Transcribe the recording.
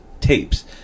tapes